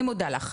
אני מודה לך.